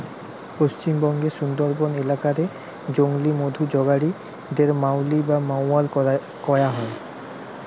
পশ্চিমবঙ্গের সুন্দরবন এলাকা রে জংলি মধু জগাড়ি দের মউলি বা মউয়াল কয়া হয়